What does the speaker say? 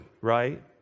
right